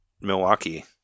Milwaukee